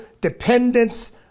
dependence